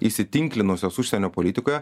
įsitinklinusios užsienio politikoje